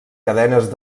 cadenes